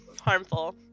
harmful